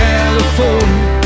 California